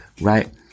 right